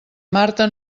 marta